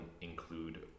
include